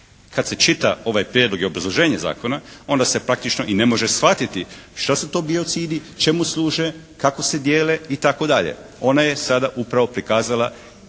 Kad se čita ovaj prijedlog i obrazloženje zakona onda se praktično i ne može shvatiti šta su to biocidi, čemu služe, kako se dijele i tako dalje. Ona je sada upravo prikazala